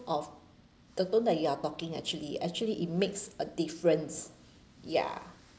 of the tone that you are talking actually actually it makes a difference ya